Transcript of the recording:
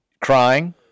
crying